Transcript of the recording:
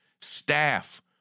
staff